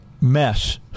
mess